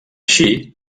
així